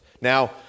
Now